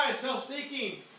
self-seeking